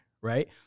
right